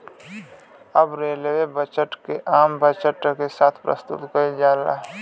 अब rail budget के आम बजट के साथ प्रसतुत कईल जाला